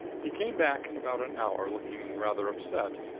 he came back in about an hour, looking rather upset.